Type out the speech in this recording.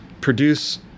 produce